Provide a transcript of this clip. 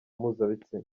mpuzabitsina